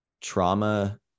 trauma